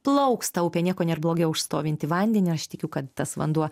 plauks ta upė nieko nėr blogiau už stovintį vandenį aš tikiu kad tas vanduo